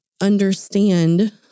understand